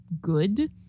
good